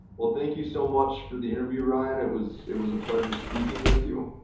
well, thank you so much for the interview. ryan it was it was a pleasure speaking with you.